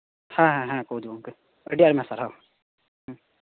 ᱦᱮᱸ ᱦᱮᱸ ᱠᱳᱪ ᱜᱚᱝᱠᱮ ᱟᱹᱰᱤ ᱟᱭᱢᱟ ᱥᱟᱨᱦᱟᱣ